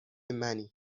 منی